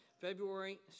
February